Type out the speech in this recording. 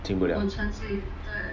进不了